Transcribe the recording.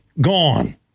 Gone